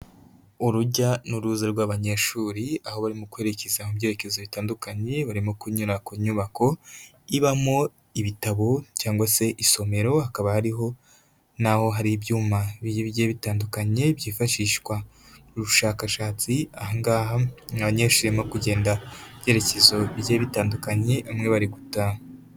Urujya n'uruza rw'abanyeshuri, aho barimo kwerekeza mu byerekezo bitandukanye, barimo kunyura ku nyubako ibamo ibitabo cyangwa se isomero. Hakaba ariho hari ibyuma bigiye bitandukanye byifashishwa mu bushakashatsi, ahangaha abanyeshuri bari kugenda mu byerekezo bigiye bitandukanye, bamwe bari gutaha.